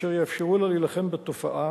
אשר יאפשרו לה להילחם בתופעה